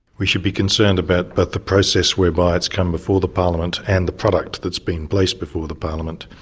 we should be concerned about but the process whereby it's come before the parliament and the product that is being placed before the parliament.